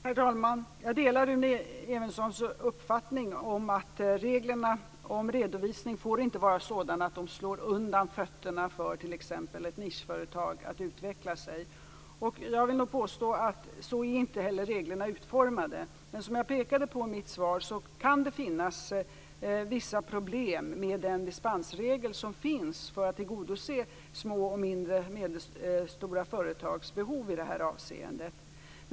Herr talman! Jag delar Rune Evenssons uppfattning om att reglerna för redovisning inte får vara sådana att de slår undan fötterna för t.ex. ett nischföretag så att det inte kan utvecklas. Jag vill nog påstå att reglerna inte heller är utformade så. Men som jag pekade på i mitt svar kan det finnas vissa problem med den dispensregel som finns för att tillgodose mindre och medelstora företags behov i det här avseendet.